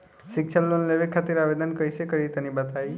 शिक्षा लोन लेवे खातिर आवेदन कइसे करि तनि बताई?